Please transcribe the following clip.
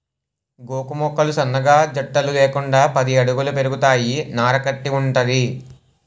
గోగు మొక్కలు సన్నగా జట్టలు లేకుండా పది అడుగుల పెరుగుతాయి నార కట్టి వుంటది